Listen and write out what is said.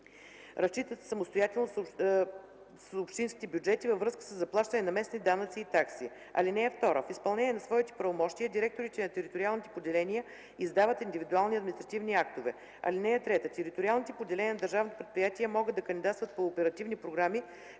разчитат се самостоятелно с общинските бюджети във връзка със заплащане на местни данъци и такси. (2) В изпълнение на своите правомощия директорите на териториалните поделения издават индивидуални административни актове. (3) Териториалните поделения на държавното предприятие могат да кандидатстват по оперативни програми,